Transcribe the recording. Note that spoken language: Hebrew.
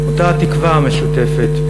אותה התקווה המשותפת,